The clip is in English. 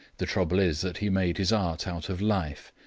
the trouble is that he made his art out of life,